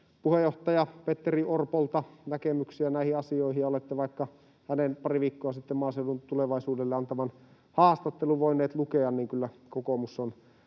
puheenjohtaja Petteri Orpolta näkemyksiä näihin asioihin ja olette voinut lukea vaikka hänen pari viikkoa sitten Maaseudun Tulevaisuudelle antamansa haastattelun, niin kyllä kokoomus on